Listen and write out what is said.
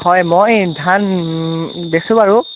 হয় মই ধান বেচো বাৰু